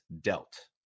dealt